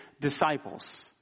disciples